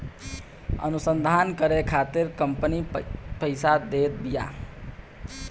अनुसंधान करे खातिर कंपनी पईसा देत बिया